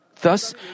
Thus